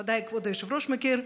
ודאי כבוד היושב-ראש מכיר,